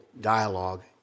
dialogue